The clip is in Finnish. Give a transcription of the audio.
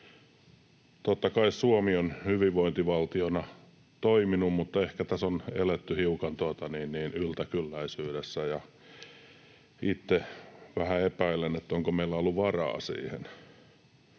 Totta kai Suomi on hyvinvointivaltiona toiminut, mutta ehkä tässä on eletty hiukan yltäkylläisyydessä. Ja itse vähän epäilen, onko meillä ollut varaa siihen.